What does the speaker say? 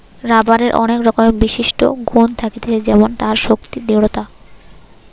রাবারের অনেক রকমের বিশিষ্ট গুন থাকতিছে যেমন তার শক্তি, দৃঢ়তা